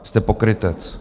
Jste pokrytec!